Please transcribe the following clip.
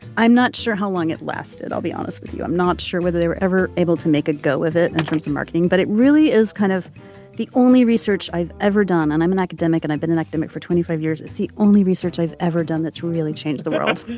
i'm not sure how long it lasted. i'll be honest with you. i'm not sure whether they were ever able to make a go of it in and terms of marketing, but it really is kind of the only research i've ever done and i'm an academic and i've been an academic for twenty five years as the only research i've ever done that's really changed the world